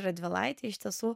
radvilaitei iš tiesų